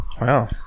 wow